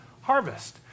harvest